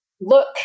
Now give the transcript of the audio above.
look